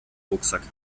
rucksack